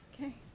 okay